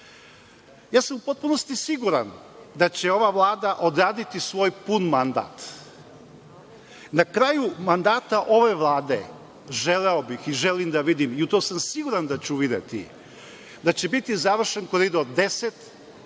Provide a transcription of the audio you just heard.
državu.U potpunosti sam siguran da će ova Vlada odraditi svoj pun mandat. Na kraju mandata ove Vlade želeo bih, i želim, da vidim, i to sam siguran da ću videti, da će biti završen Koridor 10,